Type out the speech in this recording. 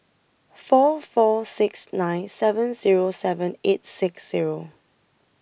four four six nine seven Zero seven eight six Zero